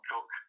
Cook